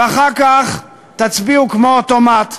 ואחר כך תצביעו כמו אוטומט,